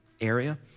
area